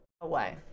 away